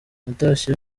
natashye